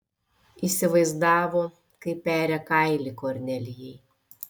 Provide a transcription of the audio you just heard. įsivaizdavo kaip peria kailį kornelijai